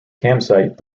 campsite